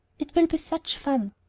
it will be such fun.